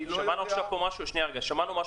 שמענו פה עכשיו משהו מטריד.